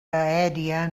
aèria